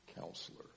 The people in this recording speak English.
Counselor